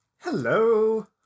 Hello